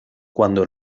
cuando